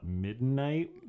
midnight